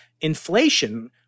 inflation